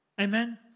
Amen